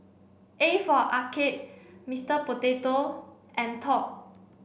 a for Arcade Mister Potato and Top